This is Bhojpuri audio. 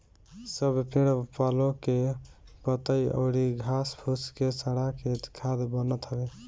सब पेड़ पालो के पतइ अउरी घास फूस के सड़ा के खाद बनत हवे